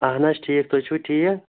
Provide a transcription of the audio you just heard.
اَہَن حظ ٹھیٖک تُہۍ چھِو ٹھیٖک